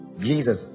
Jesus